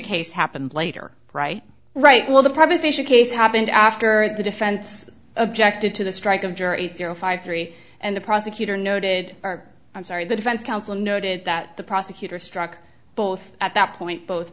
case happened later right right well the proposition case happened after the defense objected to the strike of juror eight zero five three and the prosecutor noted are i'm sorry the defense counsel noted that the prosecutor struck both at that point both